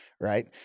right